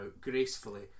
gracefully